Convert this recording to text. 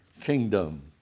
kingdom